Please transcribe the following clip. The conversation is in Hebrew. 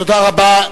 תודה רבה.